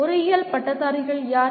பொறியியல் பட்டதாரிகள் யார்